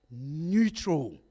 neutral